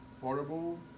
portable